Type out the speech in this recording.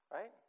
right